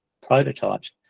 prototypes